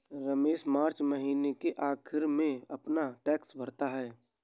Ramesh March महीने के आखिरी में अपना टैक्स भरता है